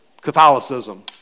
Catholicism